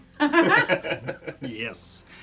Yes